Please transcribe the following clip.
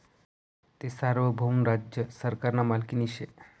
ती सार्वभौम राज्य सरकारना मालकीनी शे